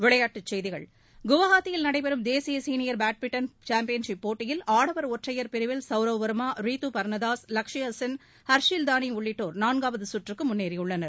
விளையாட்டுச் செய்திகள் குவஹாத்தியில் நடைபெறும் தேசிய சீனியர் பேட்மின்டன் சாம்பியன்ஷிப் போட்டியில் ஆடவர் ஒற்றையர் பிரிவில் சவ்ரவ் வர்மா ரீது பர்னதாஸ் லக்ஷையா சென் உள்ளிட்டோர் நான்காவது சுற்றுக்கு முன்னேறியுள்ளனர்